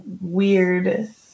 weird